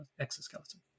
exoskeleton